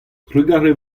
trugarez